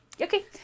Okay